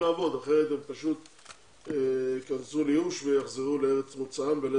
לעבוד כי אחרת הם ייכנסו לייאוש ובלית ברירה יחזרו לארץ מוצאם.